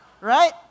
right